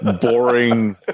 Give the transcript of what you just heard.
boring